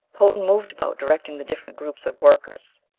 potan moved about, directing the different groups of workers.